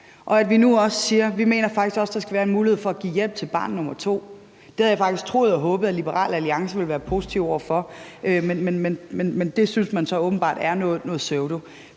vi mener, der faktisk også skal være mulighed for at give hjælp til barn nummer to, havde jeg faktisk troet og håbet Liberal Alliance ville være positive over for, men det synes man så åbenbart er et pseudotilbud.